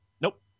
Nope